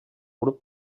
grup